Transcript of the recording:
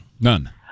none